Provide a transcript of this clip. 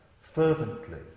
fervently